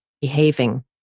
behaving